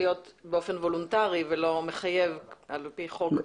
להיות באופן וולנטרי ולא מחייב על פי חוק.